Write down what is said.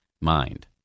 mind